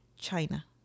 China